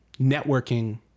networking